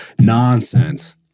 nonsense